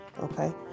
Okay